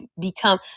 become